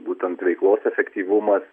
būtent veiklos efektyvumas